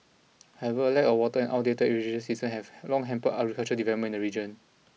however lack of water and outdated irrigation systems have long hampered agricultural development in the region